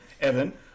evan